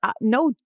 No